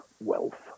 wealth